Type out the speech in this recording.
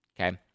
Okay